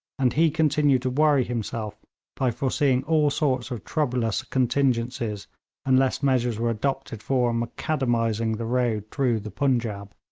and he continued to worry himself by foreseeing all sorts of troublous contingencies unless measures were adopted for macadamising the road through the punjaub.